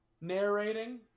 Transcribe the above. narrating